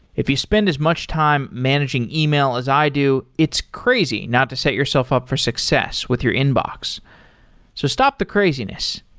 if you spend as much time managing e-mail as i do, it's crazy not to set yourself up for success with your inbox so stop the craziness.